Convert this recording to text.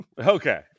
Okay